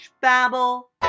Babble